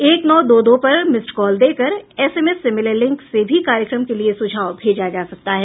एक नौ दो दो पर मिस्ड कॉल देकर एसएमएस से मिले लिंक से भी कार्यक्रम के लिए सुझाव भेजा जा सकता है